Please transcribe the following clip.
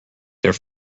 there